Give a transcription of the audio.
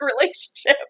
relationship